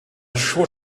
short